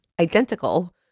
identical